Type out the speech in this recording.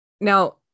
Now